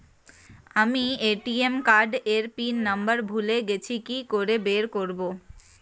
আমি ATM card এর pin number ভুলে গেছি কি করে বের করব?